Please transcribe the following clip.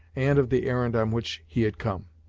and of the errand on which he had come.